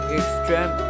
extreme